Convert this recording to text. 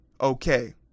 Okay